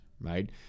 right